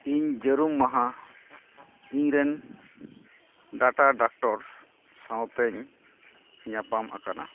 ᱤᱧ ᱡᱟᱨᱩᱢ ᱢᱟᱦᱟ ᱤᱧᱨᱮᱱ ᱰᱟᱴᱟ ᱰᱟᱠᱴᱚᱨᱥ ᱥᱟᱶᱛᱮᱧ ᱧᱟᱯᱟᱢ ᱟᱠᱟᱱᱟ